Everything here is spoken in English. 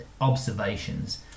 observations